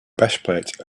breastplate